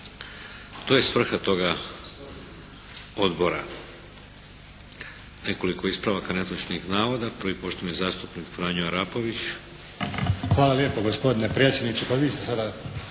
To je svrha toga Odbora. Nekoliko ispravaka netočnih navoda. Prvi, poštovani zastupnik Franjo Arapović. **Arapović, Franjo (HDZ)** Hvala lijepo gospodine predsjedniče. Pa vi ste sada